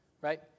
Right